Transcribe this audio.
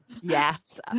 yes